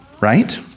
Right